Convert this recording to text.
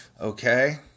Okay